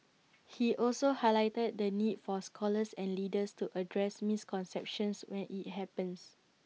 he also highlighted the need for scholars and leaders to address misconceptions when IT happens